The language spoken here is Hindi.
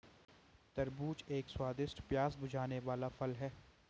तरबूज एक स्वादिष्ट, प्यास बुझाने वाला फल है